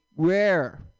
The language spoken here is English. Rare